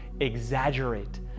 exaggerate